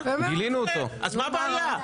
אז מה הבעיה?